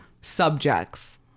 subjects